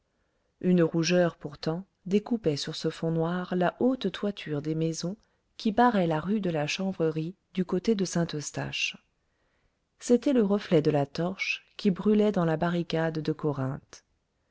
une rougeur pourtant découpait sur ce fond noir la haute toiture des maisons qui barraient la rue de la chanvrerie du côté de saint-eustache c'était le reflet de la torche qui brûlait dans la barricade de corinthe